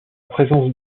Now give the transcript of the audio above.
présence